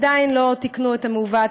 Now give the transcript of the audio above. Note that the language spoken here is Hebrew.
עדיין לא תיקנו את המעוות.